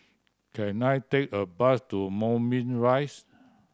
can I take a bus to Moulmein Rise